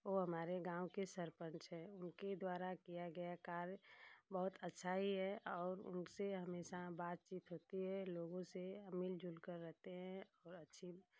वो हमारे गाँव के सरपंच हैं उनके द्वारा किया गया कार्य बहुत अच्छा ही है और उनसे हमेशा बातचीत होती है और लोगों से मिलजुल कर रहते हैं और अच्छी